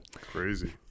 crazy